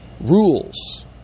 rules